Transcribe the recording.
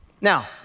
Now